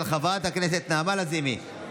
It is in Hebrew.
של חברת הכנסת נעמה לזימי,